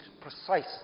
precise